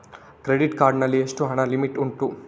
Credit card ನಲ್ಲಿ ಎಷ್ಟು ಹಣಕ್ಕೆ ಲಿಮಿಟ್ ಉಂಟು?